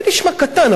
זה נשמע קטן,